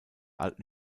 alten